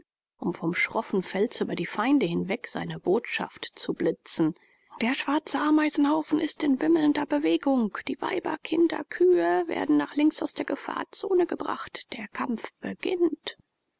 um vom schroffen fels über die feinde hinweg seine botschaft zu blitzen der schwarze ameisenhaufen ist in wimmelnder bewegung die weiber kinder kühe werden nach links aus der gefahrzone gebracht der kampf beginnt